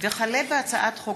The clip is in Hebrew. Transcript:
הצעת חוק